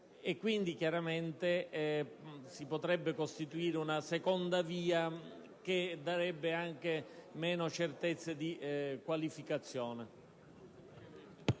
Quindi, chiaramente, si potrebbe costituire una seconda via che darebbe anche meno certezze di qualificazione.